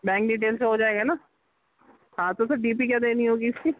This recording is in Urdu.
بینک ڈیٹیل سے ہو جائے گا نا ہاں تو سر ڈی پی کیا دینی ہوگی اِس کی